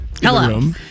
Hello